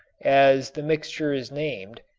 as the mixture is named,